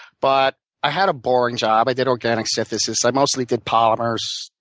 but i had a boring job. i did organic synthesis. i mostly did polymers.